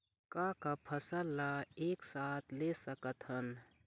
का का फसल ला एक साथ ले सकत हन?